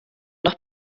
noch